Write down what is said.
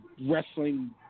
wrestling